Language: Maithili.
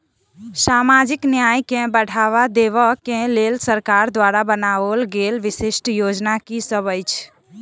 सामाजिक न्याय केँ बढ़ाबा देबा केँ लेल सरकार द्वारा बनावल गेल विशिष्ट योजना की सब अछि?